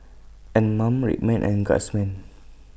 Anmum Red Man and Guardsman